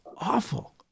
awful